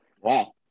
Wow